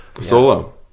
Solo